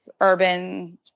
urban